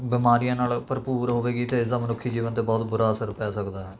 ਬਿਮਾਰੀਆਂ ਨਾਲ ਭਰਪੂਰ ਹੋਵੇਗੀ ਅਤੇ ਇਸਦਾ ਮਨੁੱਖੀ ਜੀਵਨ 'ਤੇ ਬਹੁਤ ਬੁਰਾ ਅਸਰ ਪੈ ਸਕਦਾ ਹੈ